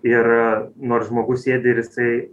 ir nors žmogus sėdi ir jisai